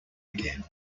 again